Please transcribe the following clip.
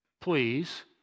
please